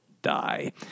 Die